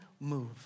move